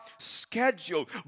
schedule